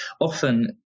often